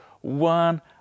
one